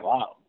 Wow